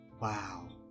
Wow